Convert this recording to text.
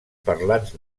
parlants